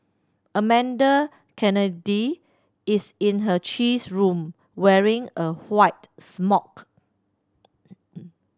Amanda Kennedy is in her cheese room wearing a white smock